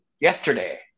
yesterday